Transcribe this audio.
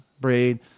Braid